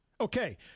Okay